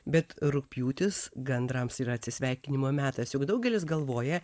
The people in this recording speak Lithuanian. bet rugpjūtis gandrams yra atsisveikinimo metas juk daugelis galvoja